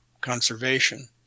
conservation